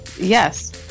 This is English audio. yes